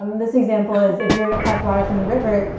um this example is, if you were to collect water from the river,